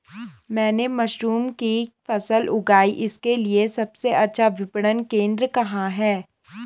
मैंने मशरूम की फसल उगाई इसके लिये सबसे अच्छा विपणन केंद्र कहाँ है?